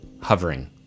hovering